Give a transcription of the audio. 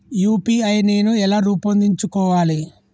UPI నేను ఎలా రూపొందించుకోవాలి?